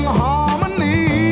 harmony